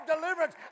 deliverance